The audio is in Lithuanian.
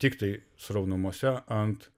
tiktai sraunumose ant